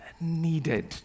needed